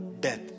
death